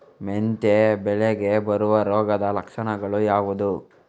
ಮೆಂತೆ ಬೆಳೆಗೆ ಬರುವ ರೋಗದ ಲಕ್ಷಣಗಳು ಯಾವುದು?